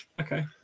Okay